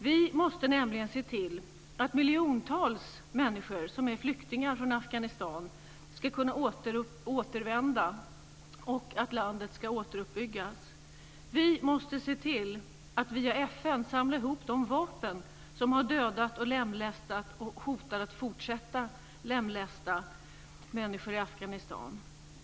Vi måste nämligen se till att miljontals människor som är flyktingar från Afghanistan ska kunna återvända och att landet ska återuppbyggas. Vi måste se till att via FN samla ihop de vapen som har dödat och lemlästat och som kommer att fortsätta att lemlästa människor i Afghanistan.